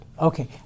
Okay